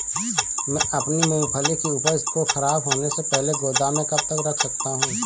मैं अपनी मूँगफली की उपज को ख़राब होने से पहले गोदाम में कब तक रख सकता हूँ?